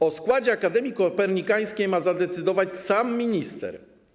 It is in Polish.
O składzie Akademii Kopernikańskiej ma zadecydować sam minister.